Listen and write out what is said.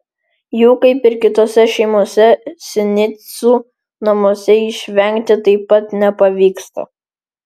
jų kaip ir kitose šeimose sinicų namuose išvengti taip pat nepavyksta